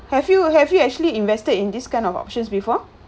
have you have you actually invested in this kind of options before